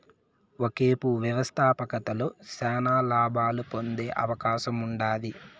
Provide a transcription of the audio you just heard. ఒకేపు వ్యవస్థాపకతలో శానా లాబాలు పొందే అవకాశముండాది